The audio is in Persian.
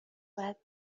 باید